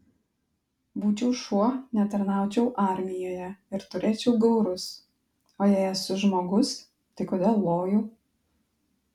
būčiau šuo netarnaučiau armijoje ir turėčiau gaurus o jei esu žmogus tai kodėl loju